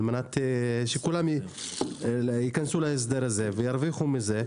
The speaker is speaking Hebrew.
מנת שכולם ייכנסו להסדר הזה וירוויחו מזה.